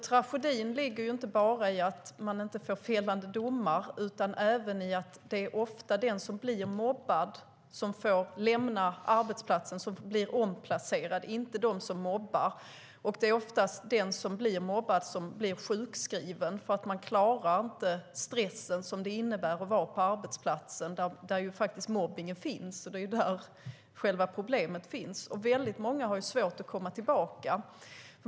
Tragedin ligger inte bara i att man inte får fällande domar utan även i att det ofta är den som blir mobbad som får lämna arbetsplatsen och som blir omplacerad och inte de som mobbar. Det är oftast den som blir mobbad som blir sjukskriven för att man inte klarar den stress som det innebär att vara på arbetsplatsen där mobbningen faktiskt sker, och det är där själva problemet finns. Väldigt många har svårt att komma tillbaka.